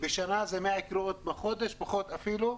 זה 100 קריאות בחודש ואפילו פחות,